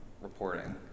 reporting